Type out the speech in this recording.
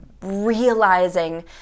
realizing